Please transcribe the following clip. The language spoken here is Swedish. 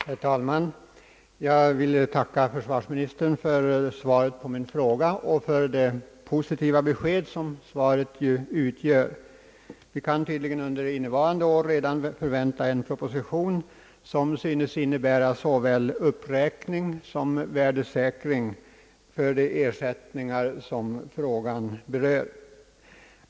Herr talman! Jag vill tacka försvarsministern för svaret på min fråga och för det positiva besked som svaret utgör. Vi kan tydligen redan innevarande år förvänta en proposition som synes innebära såväl uppräkning som värdesäkring av de ersättningar som frågan rör.